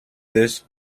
this